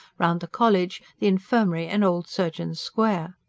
round the college, the infirmary and old surgeons' square.